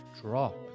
drop